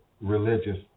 religious